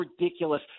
ridiculous